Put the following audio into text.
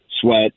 sweat